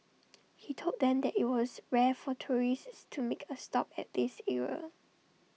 he told them that IT was rare for tourists to make A stop at this area